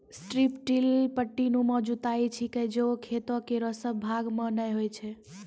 strip till पट्टीनुमा जुताई छिकै जे खेतो केरो सब भाग म नै होय छै